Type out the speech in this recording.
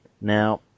Now